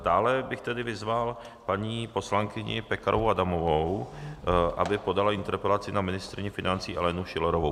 Dále bych tedy vyzval paní poslankyni Pekarovou Adamovou, aby podala interpelaci na ministryni financí Alenu Schillerovou.